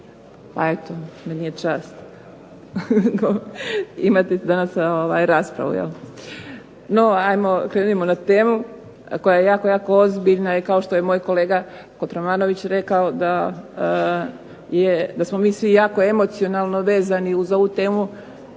pa eto meni je čast imati danas raspravu. No krenimo na temu koja je jako, jako ozbiljna i kao što je moj kolega Kotromanović rekao da smo mi svi jako emocionalno vezani uz ovu temu,